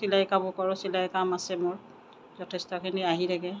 চিলাই কামো কৰোঁ চিলাই কাম আছে মোৰ যথেষ্টখিনি আহি থাকে